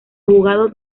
abogado